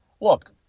look